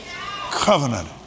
Covenant